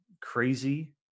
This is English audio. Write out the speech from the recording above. crazy